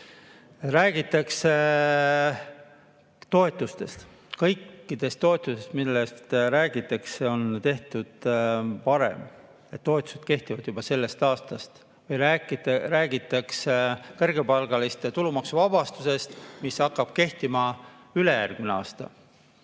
Räägitakse toetustest. Kõik toetused, millest räägitakse, on tehtud varem. Need toetused kehtivad juba sellest aastast. Räägitakse kõrgepalgaliste tulumaksuvabastusest, mis hakkab kehtima ülejärgmine aasta.